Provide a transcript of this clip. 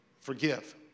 Forgive